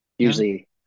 Usually